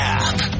app